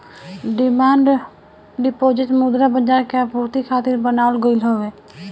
demand deposit मुद्रा बाजार के आपूर्ति खातिर बनावल गईल हवे